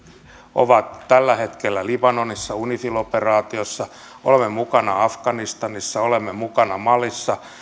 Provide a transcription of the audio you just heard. ovat tällä hetkellä libanonissa unifil operaatiossa olemme mukana afganistanissa olemme mukana malissa